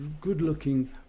good-looking